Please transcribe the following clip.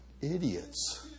idiots